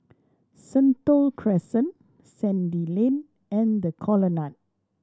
Sentul Crescent Sandy Lane and The Colonnade